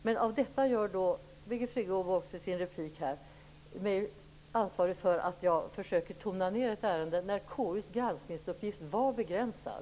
Utifrån detta gör Birgit Friggebo, också i sin replik, mig ansvarig för att försöka tona ned ett ärende när KU:s granskningsuppgift var begränsad.